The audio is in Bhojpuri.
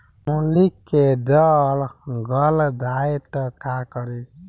मूली के जर गल जाए त का करी?